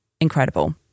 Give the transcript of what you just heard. Incredible